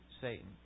Satan